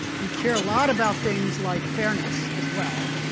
we care a lot about things like fairness as well.